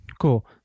Cool